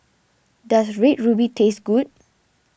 does Red Ruby taste good